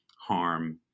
harm